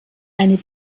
eine